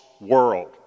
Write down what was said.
world